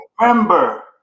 Remember